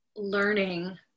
learning